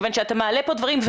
כיוון שאתה מעלה פה דברים,